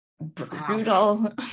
brutal